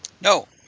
No